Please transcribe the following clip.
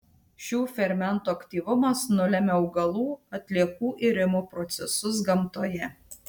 šių fermentų aktyvumas nulemia augalų atliekų irimo procesus gamtoje